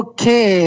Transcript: Okay